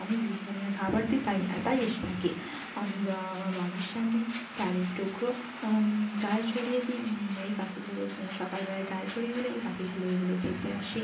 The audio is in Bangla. আমি বিভিন্ন ধরনের খাবার দিই তাই তাই এসে থাকে আমি বা আমার বাড়ির সামনে চালের টুকরো চাল ছড়িয়ে দিই এই পাখিগুলো সকালবেলায় চাল ছড়িয়ে দিলে এই পাখিগুলো এগুলো খেতে আসে